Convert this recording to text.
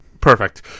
Perfect